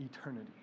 eternity